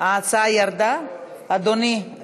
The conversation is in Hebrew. ההצעה ירדה מסדר-היום.